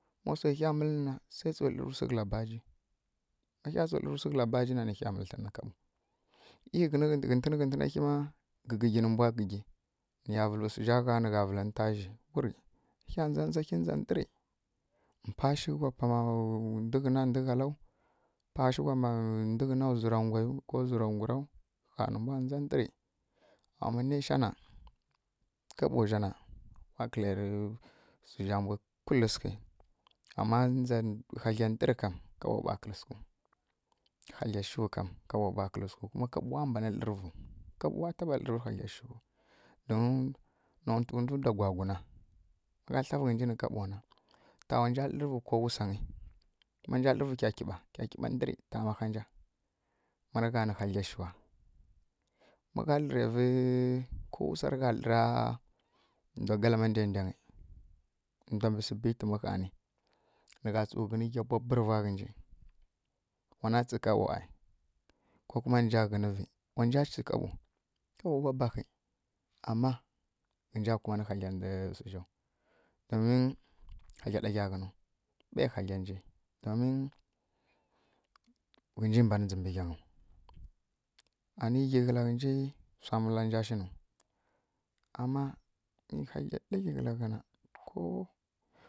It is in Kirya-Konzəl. Ma wse ɦya mǝllǝ nǝ na se tsu dlǝrǝmwsi kǝla baji ma ɦa tsu dlǝri wsi kǝla bajina nǝ hya mǝlǝ tlǝnǝ nǝ kaɓo ei ghǝntǝna ɦima gǝgǝgi nǝɦa gǝgi niya vǝlǝ wsuzja gha nǝgha vǝlǝ nta zji wuri mpashi kwa pama ndwu ghǝna ndǝghalaw mpashǝ kwa pama ndwi ghǝna wzura gwaiu ku zwura ngwurau wa mbwa ndza ama neshana wa kǝleri wsuzja kambwi kull sǝghi ama ndza hagla ndǝr kam kaɓo ŋa kǝlǝ sǝghu hagla shu kam kaɓowa kǝlǝ sǝghu ku kaɓǝwa dlǝrǝ vu kaɓowa taɓa dlǝri hagla shuwu don nawtǝ ndwu ndwa gwagwuna magha tlavǝ ghǝnji nǝ kaɓona manja dlǝrǝvǝ kyaƙiɓa kyaƙiɓa ndǝri tama ha nja ma rǝgha nǝ hagla shuwa ma gha dlǝrevǝ ko wuwsarǝgha dlǝra ndwa kalama ndangydangyǝ na ndwa bǝ sǝbitǝ mǝ ɦani nǝgha tsu ghǝni gha bwabwurva ghǝnji wana tsǝ kaɓo ai kokuma nja ghǝnǝ vi nja tsi kaɓo babahi ama ghǝnja kumanǝ hagla mbǝ wsuzjaw kuma hagla ɗagla ghǝnu ɓe haglanji domin ghǝnji mbanǝ dzimbǝ ghangyu ani ghi kǝla ghǝnji ama wsa mǝlanja shi nu ama mi hagla ɗagli kǝlaghana ko